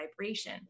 vibration